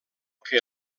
que